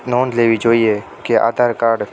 નોંધ લેવી જોઈએ કે આધાર કાર્ડ